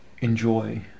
enjoy